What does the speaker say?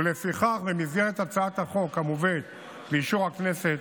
ולפיכך, במסגרת הצעת החוק המובאת לאישור הכנסת,